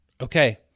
Okay